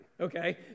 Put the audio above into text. Okay